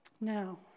Now